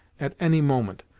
at any moment,